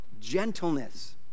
gentleness